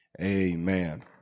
Amen